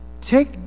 take